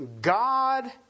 God